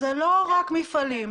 אלה לא רק מפעלים.